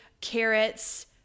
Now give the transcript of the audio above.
carrots